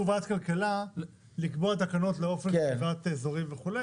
ועדת כלכלה לקבוע תקנות לאופן קביעת אזורים וכו',